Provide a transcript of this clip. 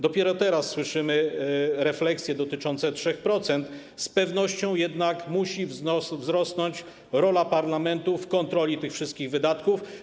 Dopiero teraz słyszymy refleksje dotyczące 3%, z pewnością jednak musi wzrosnąć rola parlamentu w kontroli tych wszystkich wydatków.